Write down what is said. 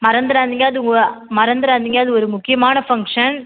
மறந்துடாதீங்க அது ஒ மறந்துடாதீங்க அது ஒரு முக்கியமான ஃபங்க்ஷன்